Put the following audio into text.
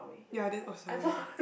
ya then oh sorry I